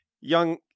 Young